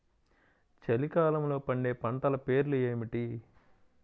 చలికాలంలో పండే పంటల పేర్లు ఏమిటీ?